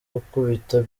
gukubita